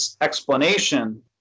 explanation